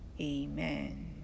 amen